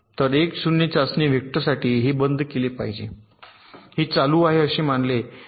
तर 1 0 चाचणी वेक्टरसाठी हे बंद केले पाहिजे आहे हे चालू आहे असे मानले जाते